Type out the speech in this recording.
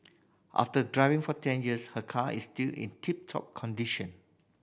after driving for ten years her car is still in tip top condition